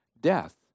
death